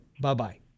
Bye-bye